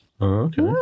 Okay